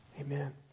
Amen